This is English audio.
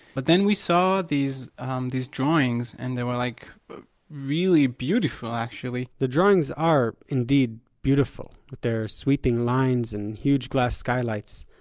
but then we saw these um these drawings, and they were like really beautiful actually the drawings are, indeed, beautiful, with their sweeping lines and huge glass skylights,